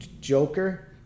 Joker